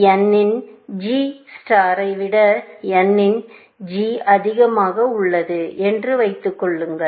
எனவே n இன் g நட்சத்திரத்தை விட n இன் g அதிகமாக உள்ளது என்று வைத்துக் கொள்ளுங்கள்